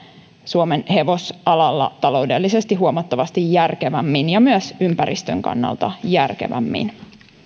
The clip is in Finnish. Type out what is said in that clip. suomen hevosalalla taloudellisesti huomattavasti järkevämmin ja myös ympäristön kannalta järkevämmin